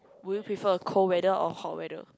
will you prefer a cold weather or hot weather